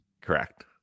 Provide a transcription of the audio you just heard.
Correct